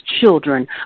children